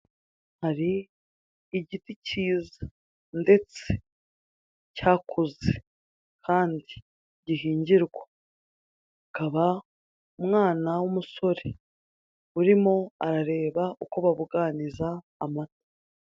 Hari igiti cyiza ndetse cyakuze kandi gihingirwa. Hakaba umwana w'umusore urimo arareba uko babuganiza amata.